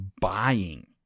buying